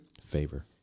Favor